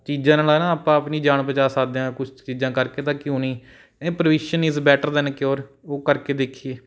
ਚੀਜ਼ਾਂ ਨਾਲ ਹੈ ਨਾ ਆਪਾਂ ਆਪਣੀ ਜਾਨ ਬਚਾ ਸਕਦੇ ਹਾਂ ਕੁਛ ਕੁ ਚੀਜ਼ਾਂ ਕਰਕੇ ਤਾਂ ਕਿਉਂ ਨਹੀਂ prevention is better than cure ਉਹ ਕਰਕੇ ਦੇਖੀਏ